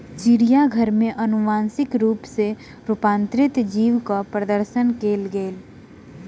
चिड़ियाघर में अनुवांशिक रूप सॅ रूपांतरित जीवक प्रदर्शन कयल गेल